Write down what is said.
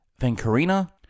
Vankarina